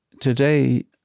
Today